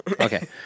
Okay